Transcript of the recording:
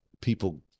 people